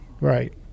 Right